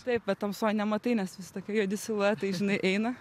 taip bet tamsoj nematai nes visi tokie juodi siluetai žinai eina